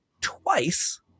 twice